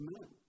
men